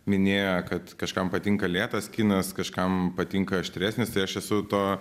minėjo kad kažkam patinka lėtas kinas kažkam patinka aštresnis tai aš esu to